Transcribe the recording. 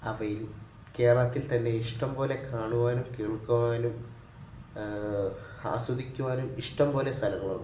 അവയിൽ കേരളത്തിൽ തന്നെ ഇഷ്ടംപോലെ കാണുവാനും കേൾക്കുവാനും ആസ്വദിക്കുവാനും ഇഷ്ടംപോലെ സ്ഥലങ്ങൾ ഉണ്ട്